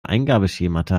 eingabeschemata